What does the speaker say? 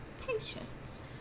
patience